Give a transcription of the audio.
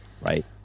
right